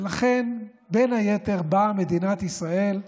ולכן, בין היתר, מדינת ישראל,